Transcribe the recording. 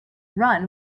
run